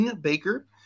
Baker